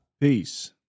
Peace